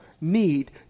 need